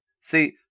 See